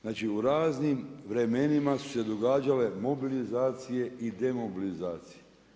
Znači u raznim vremenima su se događale mobilizacije i demobilizacije.